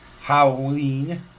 Halloween